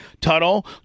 Tuttle